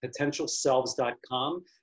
potentialselves.com